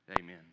Amen